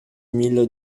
mille